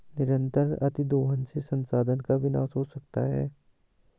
निरंतर अतिदोहन से संसाधन का विनाश हो सकता है